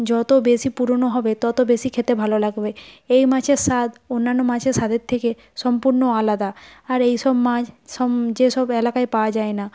যত বেশি পুরনো হবে তত বেশি খেতে ভালো লাগবে এই মাছের স্বাদ অন্যান্য মাছের স্বাদের থেকে সম্পূর্ণ আলাদা আর এইসব মাছ সম যে সব এলাকায় পাওয়া যায় না